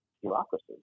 bureaucracy